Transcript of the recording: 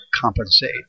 compensate